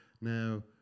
Now